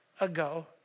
ago